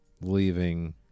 Leaving